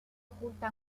oculta